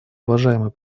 уважаемый